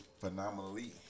Phenomenally